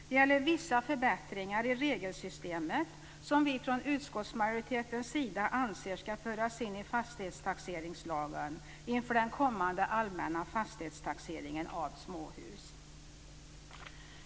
Det gäller vissa förbättringar i regelsystemet som vi från utskottsmajoritetens sida anser ska föras in i fastighetstaxeringslagen, inför den kommande allmänna fastighetstaxeringen av småhus.